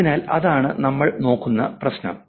അതിനാൽ അതാണ് നമ്മൾ നോക്കുന്ന പ്രശ്നം